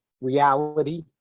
reality